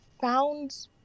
found